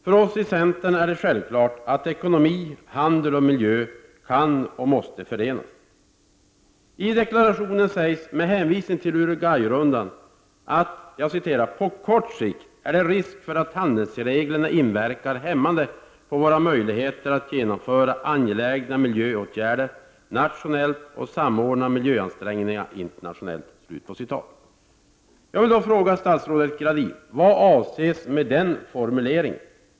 För oss i centern är det självklart att ekonomi, handel och miljö kan och måste förenas. I deklarationen sägs, med hänvisning till Uruguay-rundan, att ”på kort sikt är det risk för att handelsreglerna inverkar hämmande på våra möjligheter att genomföra angelägna miljöåtgärder nationellt och samordna miljöansträngningarna internationellt”. Jag vill fråga statsrådet Gradin: Vad avses med den formuleringen?